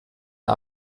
der